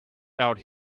out